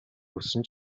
хүссэн